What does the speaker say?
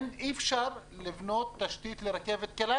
אי אפשר לבנות תשתית לרכבת קלה.